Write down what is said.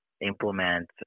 implement